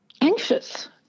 anxious